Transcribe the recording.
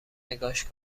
نگاش